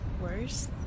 worse